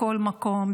בכל מקום,